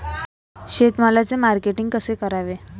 शेतमालाचे मार्केटिंग कसे करावे?